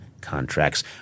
contracts